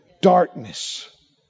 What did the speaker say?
darkness